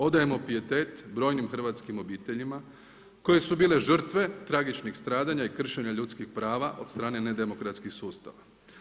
Odajemo pijetet brojim hrvatskim obiteljima koje su bile žrtve tragičnih stradanja i kršenja ljudskih prava od strane nedemokratskih sustava.